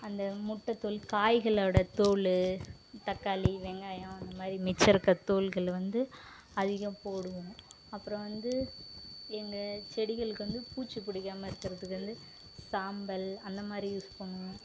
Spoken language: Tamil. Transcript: அந்த முட்டை தோல் காய்களோட தோல் தக்காளி வெங்காயம் அந்தமாதிரி மிச்சம் இருக்கிற தோல்கள் வந்து அதிகம் போடுவோம் அப்புறம் வந்து எங்கள் செடிகளுக்கு வந்து பூச்சி பிடிக்காம இருக்கிறத்துக்கு வந்து சாம்பல் அந்தமாதிரி யூஸ் பண்ணுவோம்